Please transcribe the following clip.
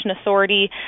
authority